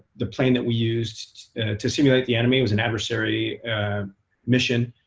the plane that we used to simulate the enemy was an adversary mission.